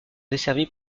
desservie